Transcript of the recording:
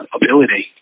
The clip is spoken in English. ability